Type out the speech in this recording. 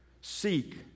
seek